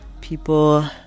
people